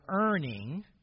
earning